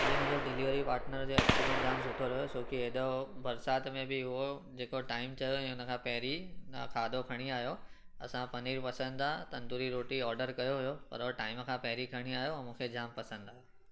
अॼु मुंहिंजो delivery partner जो एक्स्पीरियंस जाम ॾाढो सुठो रहियो छोकी हेॾो बरसाति में बि हुओ जेको टाइम चयो हुयईं हुन खां पहिरीं मां खाधो खणी आहियो असां पनीर पसंदि आहे तंदूरी रोटी ऑडर कयो हुओ पर उहो टाइम खां पहिरीं खणी आहियो ऐं मूंखे जाम पसंदि आहियो